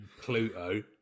Pluto